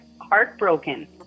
heartbroken